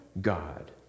God